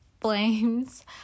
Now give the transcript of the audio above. flames